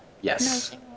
Yes